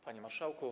Panie Marszałku!